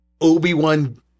Obi-Wan